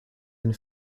and